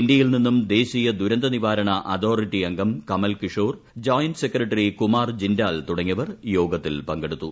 ഇന്ത്യയിൽ നിന്നും ദേശീയ ദുരന്ത നിവാരണ അതോറിറ്റി അംഗം ക്ലമൽ കിഷോർ ജോയിന്റ് സെക്രട്ടറി കുമാർ ജിന്റാൽ തുടങ്ങിയവർ പ്ട്യേഷ്ഠത്തിൽ പങ്കെടുത്തു